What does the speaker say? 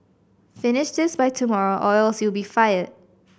finish this by tomorrow or else you'll be fired